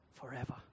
forever